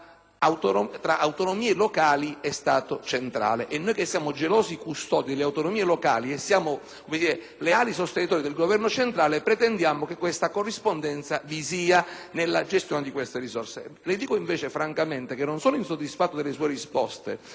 tra autonomie locali e Stato centrale: noi che siamo gelosi custodi delle autonomie locali e leali sostenitori del Governo centrale pretendiamo che nella gestione di tali risorse sia mantenuta questa corrispondenza. Le dico invece francamente che non sono insoddisfatto delle sue risposte,